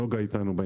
נגה איתנו.